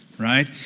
right